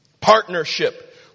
Partnership